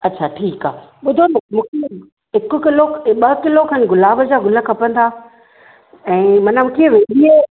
अच्छा ठीकु आहे ॿुधो हिकु किलो ॿ किलो खनि गुलाब जा गुल खपंदा ऐं माना कीअं वेॾीअ जे